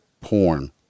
porn